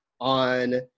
on